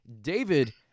David